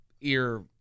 ear—